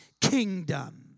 kingdom